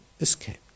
escaped